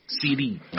CD